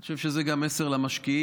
אני חושב שזה גם מסר למשקיעים